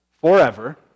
forever